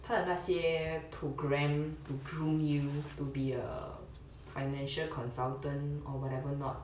他的那些 program to groom you to be a financial consultant or whatever not